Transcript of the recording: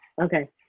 okay